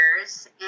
years